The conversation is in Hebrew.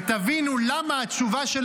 ותבינו למה התשובה של